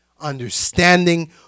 understanding